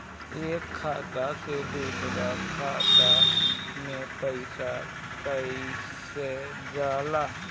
एक खाता से दूसर खाता मे पैसा कईसे जाला?